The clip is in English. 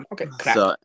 Okay